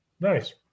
Nice